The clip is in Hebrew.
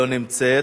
לא נמצאת.